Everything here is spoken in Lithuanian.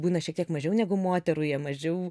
būna šiek tiek mažiau negu moterų jie mažiau